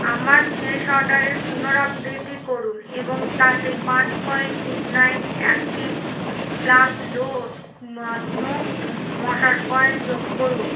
আমার শেষ অর্ডারের পুনরাবৃত্তি করুন এবং তাতে পাঁচ coil good night active plus low smoke মশার কয়েল যোগ করুন